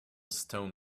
stone